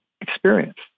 experience